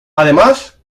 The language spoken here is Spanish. además